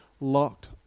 locked